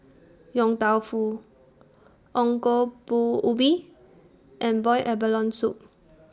Yong Tau Foo Ongol Ubi and boiled abalone Soup